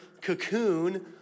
cocoon